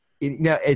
No